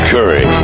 Curry